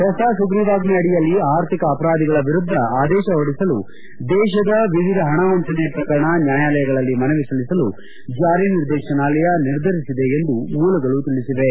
ಹೊಸ ಸುಗ್ರೀವಾಜ್ಞೆ ಅಡಿಯಲ್ಲಿ ಆರ್ಥಿಕ ಅಪರಾಧಿಗಳ ವಿರುದ್ಧ ಆದೇಶ ಹೊರಡಿಸಲು ದೇಶದ ವಿವಿಧ ಹಣ ವಂಚನೆ ಪ್ರಕರಣ ನ್ಯಾಯಾಲಯಗಳಲ್ಲಿ ಮನವಿ ಸಲ್ಲಿಸಲು ಜಾರಿ ನಿರ್ದೇಶನಾಲಯ ನಿರ್ಧರಿಸಿದೆ ಎಂದು ಮೂಲಗಳು ತಿಳಿಸಿವೆ